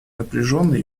напряженной